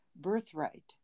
birthright